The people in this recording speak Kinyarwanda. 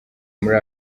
muri